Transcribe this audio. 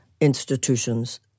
institutions